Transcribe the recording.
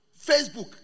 Facebook